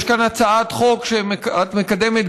יש כאן הצעת חוק שאת מקדמת,